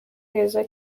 heza